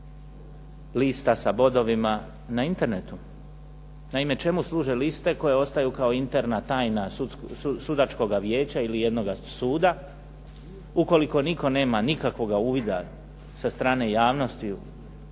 lista sa bodovima na Internetu. Naime, čemu služe liste koje ostaju kao interna tajna sudačkoga vijeća ili jednoga suda ukoliko nitko nema uvida sa strane javnosti u